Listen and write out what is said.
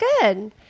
good